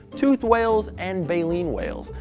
toothed whales and baleen whales.